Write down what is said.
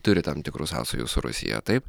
turi tam tikrų sąsajų su rusija taip